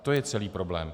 To je celý problém.